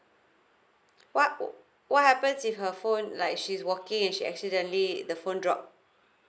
what would what happens if her phone like she's walking and she accidentally the phone dropped